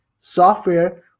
software